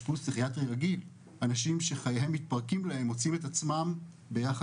ואנשים פה אמיצים ביותר שמספרים סיפור אישי,